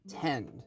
tend